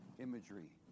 Imagery